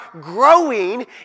growing